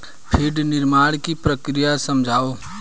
feed निर्माण की प्रक्रिया समझाओ